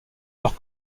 leurs